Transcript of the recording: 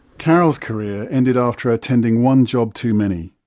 karol's career ended after attending one job too many.